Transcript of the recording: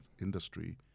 industry